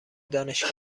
دانشگاه